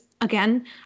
again